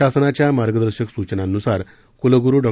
शासनाच्या मार्गदर्शक सूचनांनुसार कुलगुरू डॉ